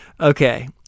Okay